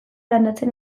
landatzen